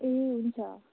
ए हुन्छ